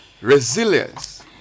Resilience